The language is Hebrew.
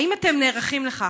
האם אתם נערכים לכך?